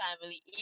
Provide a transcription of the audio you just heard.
family